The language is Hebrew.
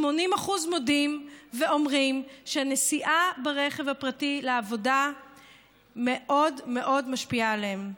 80% מודים ואומרים שהנסיעה ברכב הפרטי לעבודה מאוד מאוד משפיעה עליהם.